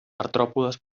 artròpodes